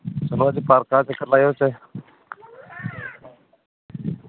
शामीं चलो पार्के दा चक्कर लाई औचे